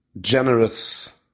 generous